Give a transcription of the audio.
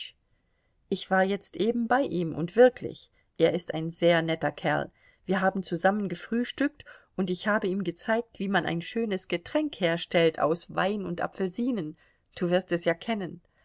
ich war jetzt eben bei ihm und wirklich er ist ein sehr netter kerl wir haben zusammen gefrühstückt und ich habe ihm gezeigt wie man ein schönes getränk herstellt aus wein und apfelsinen du wirst es ja kennen